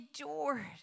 endured